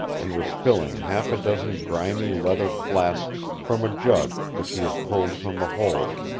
and was filling half a dozen grimy leather flasks from a jug which he had pulled from the hole.